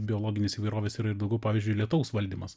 biologinės įvairovės yra ir daugiau pavyzdžiui lietaus valdymas